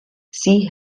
sie